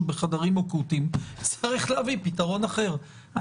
לחדרים אקוטיים אז צריך להביא פתרון אחר.